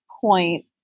point